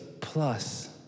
plus